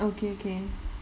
okay okay okay